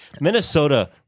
Minnesota